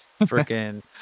freaking